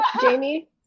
Jamie